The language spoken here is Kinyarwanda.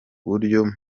buryo